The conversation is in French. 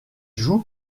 joue